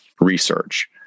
research